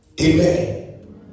Amen